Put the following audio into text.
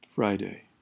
Friday